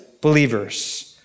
believers